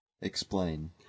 Explain